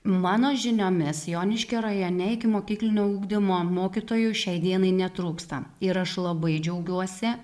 mano žiniomis joniškio rajone ikimokyklinio ugdymo mokytojų šiai dienai netrūksta ir aš labai džiaugiuosi